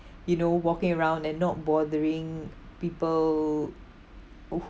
you know walking around and not bothering people